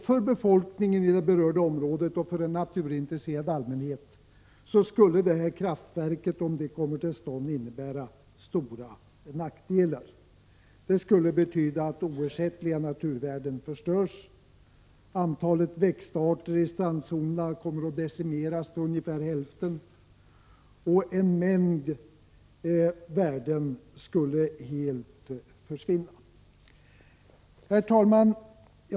För befolkningen i det berörda området och för en naturintresserad allmänhet skulle detta kraftverk — om det kommer till stånd —- innebära stora nackdelar. Det skulle innebära att oersättliga naturvärden förstörs. Antalet växtarter i strandzonerna kommer att decimeras till ungefär hälften, och en mängd värden skulle helt försvinna.